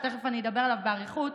ותכף אני אדבר עליו באריכות,